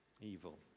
evil